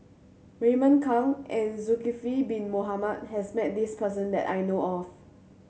Raymond Kang and Zulkifli Bin Mohamed has met this person that I know of